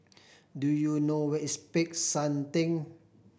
do you know where is Peck San Theng